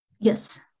Yes